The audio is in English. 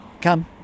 Come